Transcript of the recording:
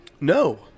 no